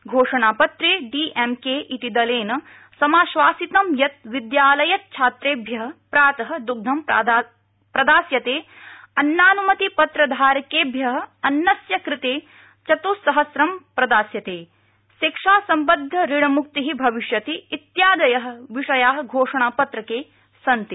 घोषणापत्रे DMK इति दलेन समाश्वासितं यत् विद्यालयच्छात्रेभ्य प्रात दुग्धं प्रदास्यते अन्नानुमति पत्रधारकेभ्य अन्नस्य कृते चतुसहस्रम् प्रदास्यते शिक्षासम्बद्धऋणम्क्ति भविष्यति इत्यादय विषया घोषणापत्रके सन्ति